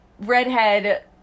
Redhead